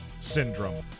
syndrome